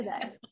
today